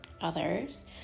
others